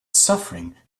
suffering